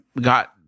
got